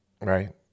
Right